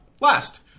last